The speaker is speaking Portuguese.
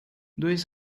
dois